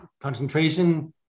concentration